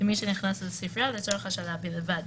מי שנכנס לספרייה לצורך השאלה בלבד.